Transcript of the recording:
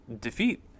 defeat